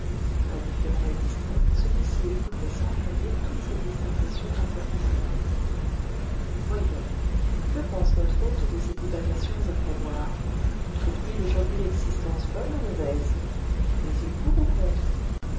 indifférent et distrait celui-ci écoutait sans rien dire toute cette dissertation interpocula voyons que pense notre hôte de ces divagations après boire trouve-t-il aujourd'hui l'existence bonne ou mauvaise est-il pour ou contre